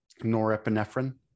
Norepinephrine